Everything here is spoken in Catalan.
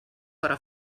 però